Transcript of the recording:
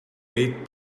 eight